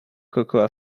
cocoa